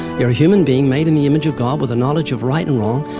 you're a human being made in the image of god with a knowledge of right and wrong,